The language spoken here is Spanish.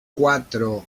cuatro